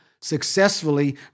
successfully